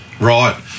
Right